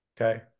Okay